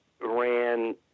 ran